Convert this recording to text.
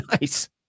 Nice